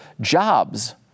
Jobs